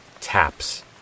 taps